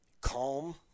calm